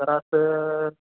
तर असं